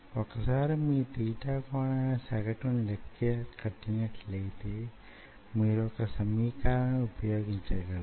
ఒకసారి మీ తీటా కోణాన్ని సగటును లెక్క కట్టినట్లయితే మీరొక సమీకరణాన్ని ఉపయోగించగలరు